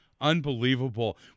Unbelievable